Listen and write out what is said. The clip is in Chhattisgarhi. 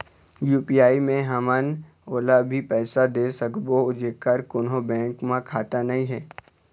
यू.पी.आई मे हमन ओला भी पैसा दे सकबो जेकर कोन्हो बैंक म खाता नई हे?